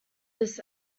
this